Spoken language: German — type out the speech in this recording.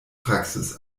praxis